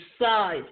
decide